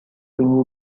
two